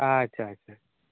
ᱟᱪᱪᱷᱟ ᱟᱪᱪᱷᱟ